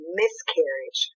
miscarriage